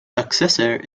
successor